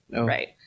right